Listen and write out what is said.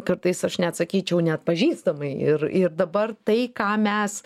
kartais aš net sakyčiau neatpažįstamai ir ir dabar tai ką mes